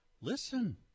listen